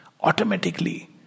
automatically